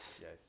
yes